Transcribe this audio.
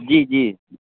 जी जी